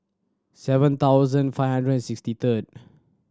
seven thousand five hundred and sixty third